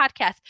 podcast